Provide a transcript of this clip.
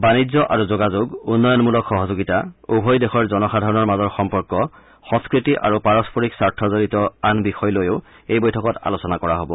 বাণিজ্য আৰু যোগাযোগ উন্নয়নমূলক সহযোগিতা উভয় দেশৰ জনসাধাৰণৰ মাজৰ সম্পৰ্ক সংস্কৃতি আৰু পাৰস্পৰিক স্বাৰ্থজড়িত আন বিষয় লৈও এই বৈঠকত আলোচনা কৰা হ'ব